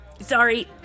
Sorry